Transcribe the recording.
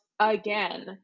again